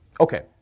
Okay